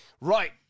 right